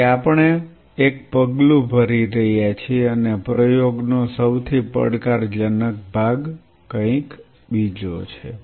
તેથી આપણે એક પગલું ભરી રહ્યા છીએ અને પ્રયોગ નો સૌથી પડકારજનક ભાગ કંઈક બીજો છે